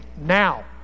now